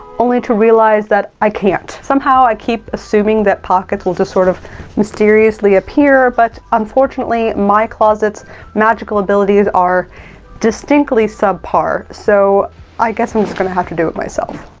only to realize that i can't. somehow, i keep assuming that pockets will just sort of mysteriously appear, but unfortunately, my closet's magical abilities are distinctly subpar, so i guess i'm just gonna have to do it myself.